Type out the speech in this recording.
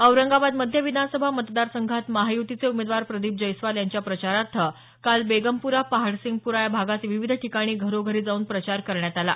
औरंगाबाद मध्य विधानसभा मतदार संघात महायुतीचे उमेदवार प्रदीप जैस्वाल यांच्या प्रचारार्थ काल बेगमपुरा पहाडसिंगपुरा या भागात विविध ठिकाणी घरोघरी जावून प्रचार करण्यात आला